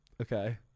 Okay